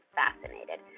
fascinated